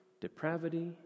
depravity